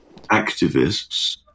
activists